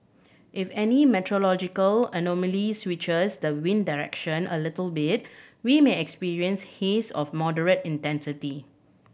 if any meteorological anomaly switches the wind direction a little bit we may experience haze of moderate intensity